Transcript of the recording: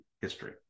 history